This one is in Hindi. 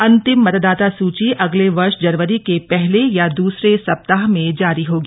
अंतिम मतदाता सूची अगले वर्ष जनवरी के पहले या द्सरे सप्ताह में जारी होगी